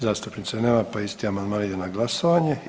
Zastupnice nema pa isti amandman ide na glasovanje.